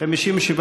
1 לא נתקבלה.